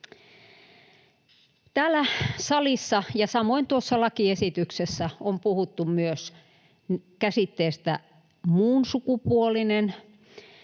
Täällä salissa ja samoin tuossa lakiesityksessä on puhuttu myös käsitteestä ”muunsukupuolinen”